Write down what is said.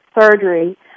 surgery